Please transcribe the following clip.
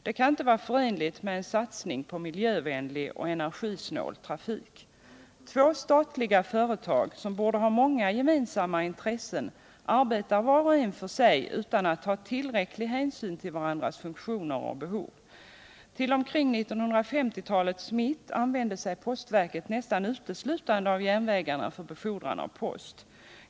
Det kan inte vara förenligt med en satsning på miljövänlig och energisnål trafik. Två statliga företag som borde ha många gemensamma intressen arbetar vart och ett för sig utan att ta tillräcklig hänsyn till varandras funktioner och behov. Till omkring 1950-talets mitt använde sig postverket nästan uteslutande av järnvägarna för befordran av post.